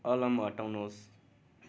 alarm हटाउनुहोस्